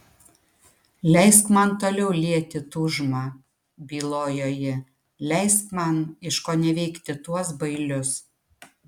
leisk man toliau lieti tūžmą bylojo ji leisk man iškoneveikti tuos bailius